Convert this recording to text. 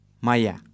Maya